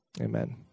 Amen